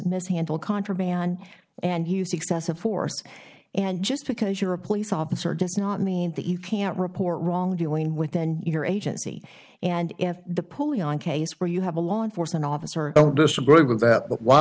mishandled contraband and used excessive force and just because you're a police officer does not mean that you can't report wrongdoing within your agency and if the pully on case where you have a law enforcement officer i don't disagree with that but wh